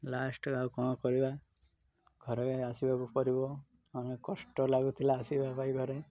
last ଆଉ କ'ଣ କରିବା ଘରେ ଆସିବାକୁ ପିବ ଅନେକ କଷ୍ଟ ଲାଗୁଥିଲା ଆସିବା ପାଇଁ ଘରେ